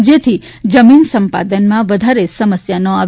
જેથી જમીન સંપાદનમાં વધારે સમસ્યા ન આવે